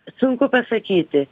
sunku pasakyti